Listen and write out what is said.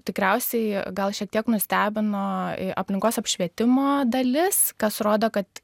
tikriausiai gal šiek tiek nustebino aplinkos apšvietimo dalis kas rodo kad